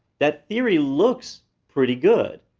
that theory looks pretty good.